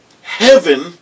heaven